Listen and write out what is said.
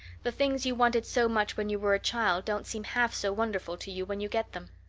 the things you wanted so much when you were a child don't seem half so wonderful to you when you get them.